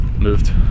moved